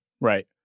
Right